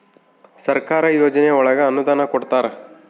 ಸರ್ಕಾರ ಯೋಜನೆ ಒಳಗ ಅನುದಾನ ಕೊಡ್ತಾರ